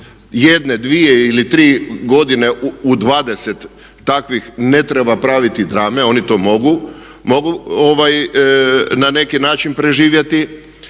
jedne, dvije ili tri godine u 20 takvih ne treba praviti drame oni to mogu, mogu na neki način preživjeti